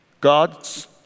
God's